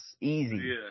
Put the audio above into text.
easy